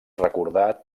recordat